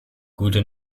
gute